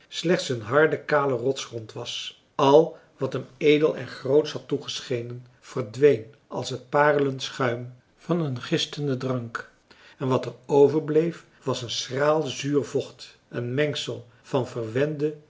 slechts een harde kale rotsgrond was al wat hem edel en grootsch had toegeschenen verdween als het parelend schuim van een gistenden drank en wat er overbleef was een schraal zuur vocht een mengsel van verwende